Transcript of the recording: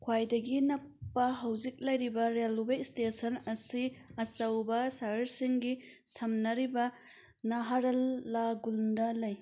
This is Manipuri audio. ꯈ꯭ꯋꯥꯏꯗꯒꯤ ꯅꯛꯄ ꯍꯧꯖꯤꯛ ꯂꯩꯔꯤꯕ ꯔꯦꯜꯋꯦ ꯏꯁꯇꯦꯁꯟ ꯑꯁꯤ ꯑꯆꯧꯕ ꯁꯍꯔꯁꯤꯡꯒꯤ ꯁꯝꯅꯔꯤꯕ ꯅꯍꯥꯔꯂꯒꯨꯟꯗ ꯂꯩ